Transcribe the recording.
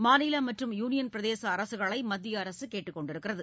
மாநில மற்றும் யூனியன் பிரதேச அரசுகளை மத்திய அரசு கேட்டுக்கொண்டுள்ளது